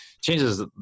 changes